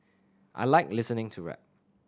I like listening to rap